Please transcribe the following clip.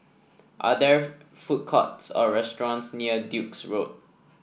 are there food courts or restaurants near Duke's Road